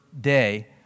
day